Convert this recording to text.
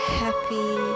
happy